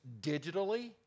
digitally